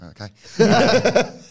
okay